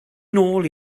nôl